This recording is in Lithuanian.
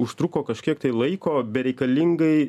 užtruko kažkiek tai laiko bereikalingai